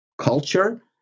culture